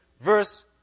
verse